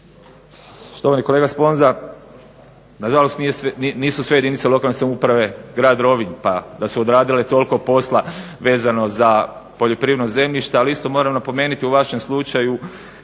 Štovani kolega Sponza nažalost nisu sve jedinice lokalne samouprave grad Rovinj pa da su odradile toliko posla vezano za poljoprivredno zemljište ali isto moram napomenuti u vašem slučaju